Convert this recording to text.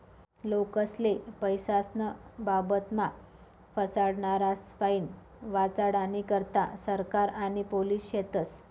लोकेस्ले पैसास्नं बाबतमा फसाडनारास्पाईन वाचाडानी करता सरकार आणि पोलिस शेतस